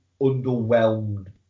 underwhelmed